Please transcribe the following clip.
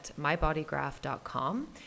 mybodygraph.com